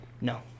No